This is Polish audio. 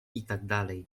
itd